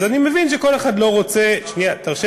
אז אני מבין שכל אחד לא רוצה, שמעבירה